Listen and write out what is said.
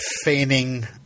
feigning